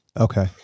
Okay